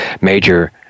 Major